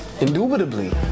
Indubitably